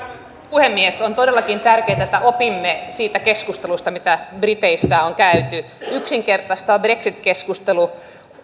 puhemies on todellakin tärkeätä että opimme siitä keskustelusta mitä briteissä on käyty on yksinkertaistettu brexit keskustelu